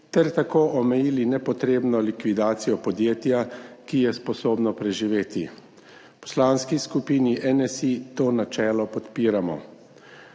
ter tako omejili nepotrebno likvidacijo podjetja, ki je sposobno preživeti. V Poslanski skupini NSi to načelo podpiramo.